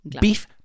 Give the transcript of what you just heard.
Beef